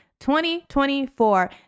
2024